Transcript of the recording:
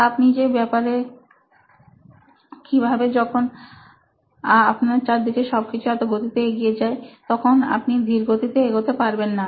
আপনি যে ব্যপারে কি ভাবেন যখন আপনার চারদিকে সবকিছু এত গতিতে এগিয়ে যায় তো আপনি ধীর গতিতে এগোতে পারেন না